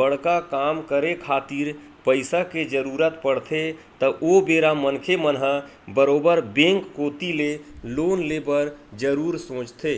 बड़का काम करे खातिर पइसा के जरुरत पड़थे त ओ बेरा मनखे मन ह बरोबर बेंक कोती ले लोन ले बर जरुर सोचथे